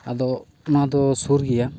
ᱟᱫᱚ ᱚᱱᱟᱫᱚ ᱥᱩᱨ ᱜᱮᱭᱟ